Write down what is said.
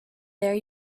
there